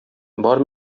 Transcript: бар